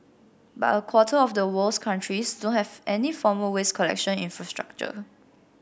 but a quarter of the world's countries don't have any formal waste collection infrastructure